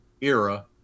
era